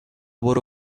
برو